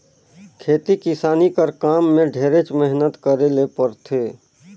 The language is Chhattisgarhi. खेती किसानी कर काम में ढेरेच मेहनत करे ले परथे